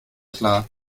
klar